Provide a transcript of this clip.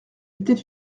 était